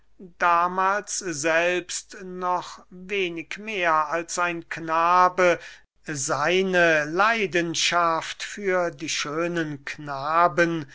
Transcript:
damahls selbst noch wenig mehr als ein knabe seine leidenschaft für die schönen knaben